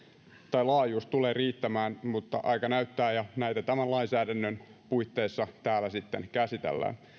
tai laajuus tulee riittämään mutta aika näyttää ja näitä tämän lainsäädännön puitteissa täällä sitten käsitellään